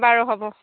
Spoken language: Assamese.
বাৰু হ'ব